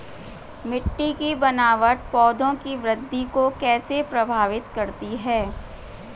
मिट्टी की बनावट पौधों की वृद्धि को कैसे प्रभावित करती है?